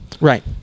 Right